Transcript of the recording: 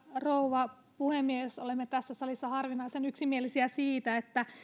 rouva puhemies olemme tässä salissa harvinaisen yksimielisiä siitä että